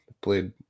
played